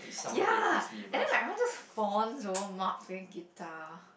ya and then like everyone just fawns over Mark playing guitar